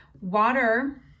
Water